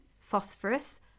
phosphorus